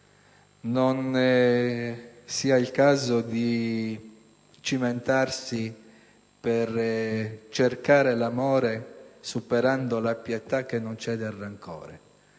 non sia il caso di cimentarsi per cercare l'amore superando la pietà che non cede al rancore.